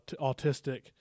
autistic